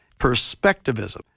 perspectivism